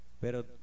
Pero